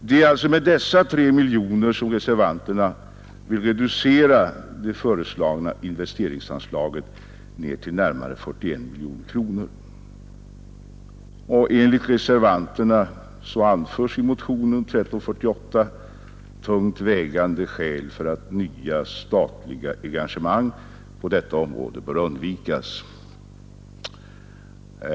Det är alltså med dessa 3 miljoner som reservanterna vill reducera det föreslagna investeringsanslaget, ned till närmare 41 miljoner kronor. Enligt reservanterna anförs i motionen 1348 tungt vägande skäl för att nya statliga engagemang på detta område bör undvikas.